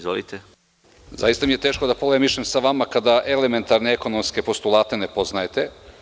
Zaista mi je teško da polemišem sa vama kada elementarne ekonomske postulate ne poznajete.